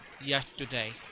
yesterday